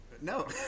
No